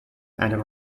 and